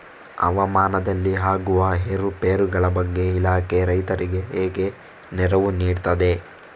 ಹವಾಮಾನದಲ್ಲಿ ಆಗುವ ಏರುಪೇರುಗಳ ಬಗ್ಗೆ ಇಲಾಖೆ ರೈತರಿಗೆ ಹೇಗೆ ನೆರವು ನೀಡ್ತದೆ?